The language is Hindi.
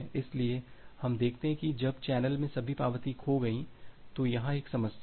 इसलिए हम देखते हैं कि जब चैनल में सभी पावती खो गई तो यहां एक समस्या है